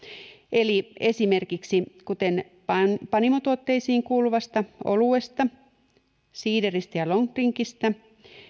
eli esimerkiksi panimotuotteisiin kuuluvista oluesta siideristä ja long drinkistä